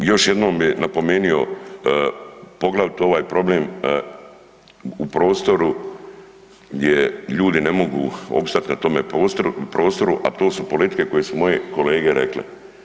Još jednom bi napomenuo, poglavito ovaj problem u prostoru gdje ljudi ne mogu opstati na tome prostoru, a to su politike koje su moje kolege rekle.